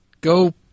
Go